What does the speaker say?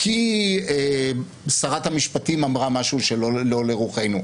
כי שרת המשפטים אמרה משהו שלא לרוחנו.